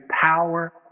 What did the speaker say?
power